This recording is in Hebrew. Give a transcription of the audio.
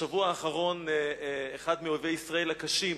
בשבוע האחרון אחד מאויבי ישראל הקשים,